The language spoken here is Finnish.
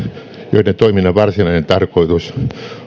joiden toiminnan varsinainen tarkoitus